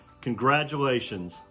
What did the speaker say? congratulations